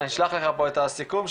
אני אשלח לך את הסיכום,